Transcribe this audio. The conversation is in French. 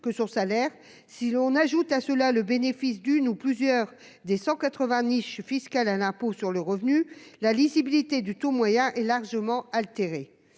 que son salaire. Si l'on ajoute à cela le bénéfice d'une ou plusieurs des 180 niches fiscales à l'impôt sur le revenu, la lisibilité du taux moyen est largement altérée.